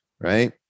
right